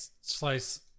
slice